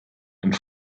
and